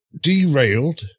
derailed